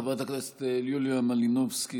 חברת הכנסת יוליה מלינובסקי,